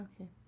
Okay